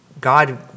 God